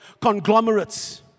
Conglomerates